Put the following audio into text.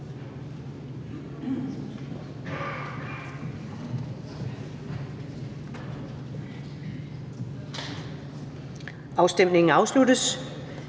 Afstemningen afsluttes.